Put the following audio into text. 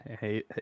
Hey